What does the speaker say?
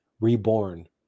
reborn